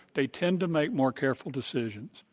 they tend to make more careful decisions.